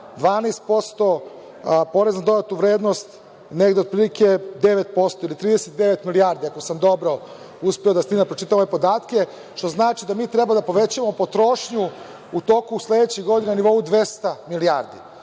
12%, porez na dodatu vrednost negde otprilike 9% ili 39 milijardi, ako sam dobro uspeo da stignem da pročitam ove podatke, što znači da mi treba da povećamo potrošnju u toku sledeće godine na nivou 200 milijardi.